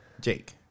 Jake